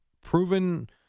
proven